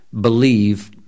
believe